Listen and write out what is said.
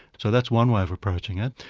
so that's one way of approaching it.